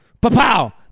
pa-pow